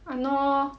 !hannor!